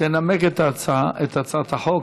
תנמק את הצעת החוק.